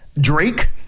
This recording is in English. Drake